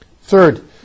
Third